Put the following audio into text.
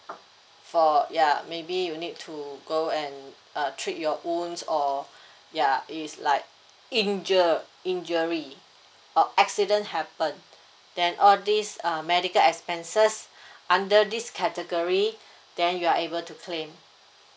for ya maybe you need to go and uh treat your wounds or ya is like injured injury or accident happen then all these uh medical expenses under this category then you are able to claim